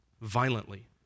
violently